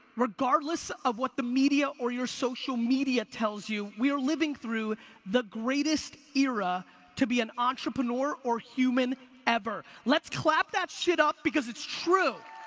regardless of what the media or your social media tells you, we're living through the greatest era to be an entrepreneur or human ever. let's clap that shit up because it's true!